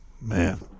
Man